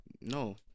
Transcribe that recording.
no